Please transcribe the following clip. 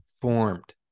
formed